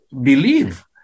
believe